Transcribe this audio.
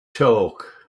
talk